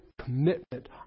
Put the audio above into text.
commitment